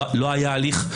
לא היה הליך,